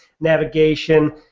navigation